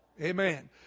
Amen